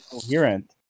coherent